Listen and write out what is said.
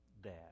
dad